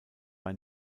bei